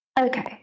Okay